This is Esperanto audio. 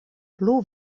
plu